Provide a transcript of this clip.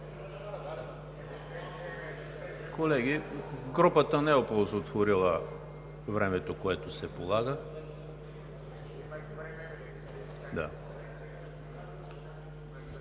Колеги, групата не е оползотворила времето, което се полага.